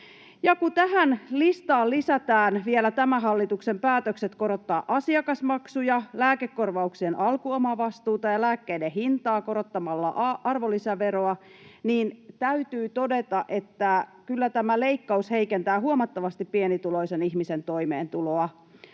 kun tähän listaan lisätään vielä tämän hallituksen päätökset korottaa asiakasmaksuja, lääkekorvauksien alkuomavastuuta ja lääkkeiden hintaa korottamalla arvonlisäveroa, niin täytyy todeta, että kyllä tämä leikkaus heikentää huomattavasti pienituloisen ihmisen toimeentuloa